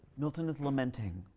milton is lamenting,